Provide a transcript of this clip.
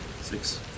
Six